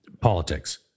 politics